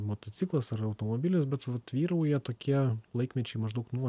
motociklas ar automobilis bet vat vyrauja tokie laikmečiai maždaug nuo